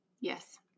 Yes